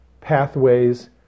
pathways